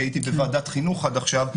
כי הייתי בוועדת חינוך עד עכשיו.